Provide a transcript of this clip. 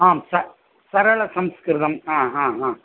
आं स सरलसंस्कृतं हा हा हा